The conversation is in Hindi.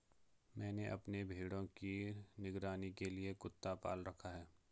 मैंने अपने भेड़ों की निगरानी के लिए कुत्ता पाल रखा है